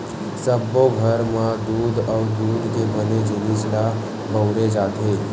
सब्बो घर म दूद अउ दूद के बने जिनिस ल बउरे जाथे